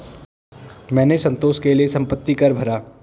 मैंने संतोष के लिए संपत्ति कर भरा